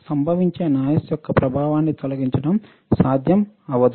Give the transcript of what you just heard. సంభవించే నాయిస్ యొక్క ప్రభావాన్ని తొలగించడం సాధ్యం అవ్వదు